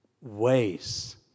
ways